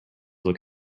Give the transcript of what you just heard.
look